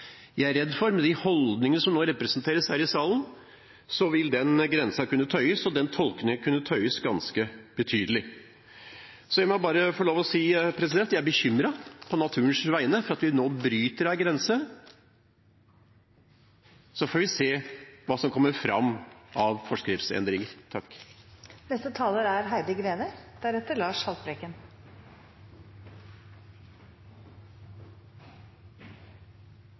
Jeg er, ut fra de holdningene som nå er representert her i salen, redd for at den grensen vil kunne tøyes, og at tolkningen vil kunne tøyes ganske betydelig. Jeg må bare få lov til å si at jeg er bekymret på naturens vegne for at vi nå bryter en grense. Så får vi se hva som kommer fram av forskriftsendringer.